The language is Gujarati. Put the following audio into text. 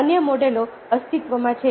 અન્ય મોડેલો અસ્તિત્વમાં છે